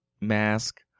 mask